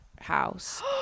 house